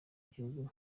gihugu